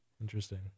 Interesting